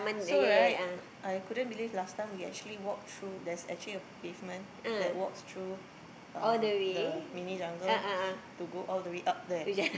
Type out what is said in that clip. so right I couldn't believe last time we actually walked through there's actually a pavement that walks through uh the mini jungle to go all the way up there